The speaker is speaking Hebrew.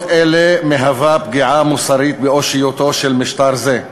אלה מהווה פגיעה מוסרית באושיותיו של משטר זה.